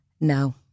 No